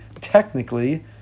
technically